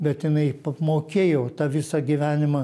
bet jinai mokėjo tą visą gyvenimą